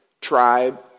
tribe